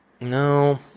No